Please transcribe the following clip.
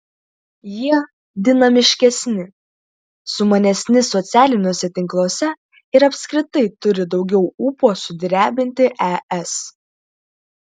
jie dinamiškesni sumanesni socialiniuose tinkluose ir apskritai turi daugiau ūpo sudrebinti es